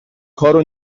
کارو